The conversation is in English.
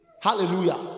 hallelujah